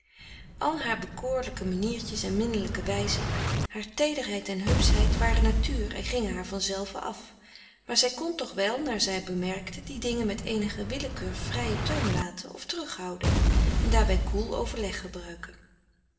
haar bekoorlijke maniertjes en minnelijke wijzen haar teederheid en hupschheid waren natuur en gingen haar van zelve af maar zij kon toch wel naar zij befrederik van eeden van de koele meren des doods merkte die dingen met eenige willekeur vrijen toom laten of terughouden en daarbij koel overleg gebruiken